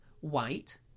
white